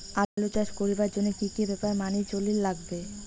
আলু চাষ করিবার জইন্যে কি কি ব্যাপার মানি চলির লাগবে?